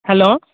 hello